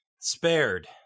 spared